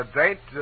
date